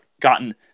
gotten